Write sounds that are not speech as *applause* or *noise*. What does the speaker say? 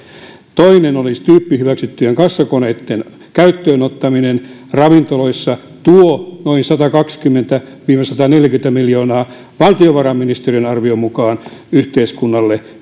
toinen olisi tyyppihyväksyttyjen kassakoneitten käyttöönottaminen ravintoloissa se tuo noin satakaksikymmentä viiva sataneljäkymmentä miljoonaa valtiovarainministeriön arvion mukaan yhteiskunnalle *unintelligible*